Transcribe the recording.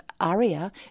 Aria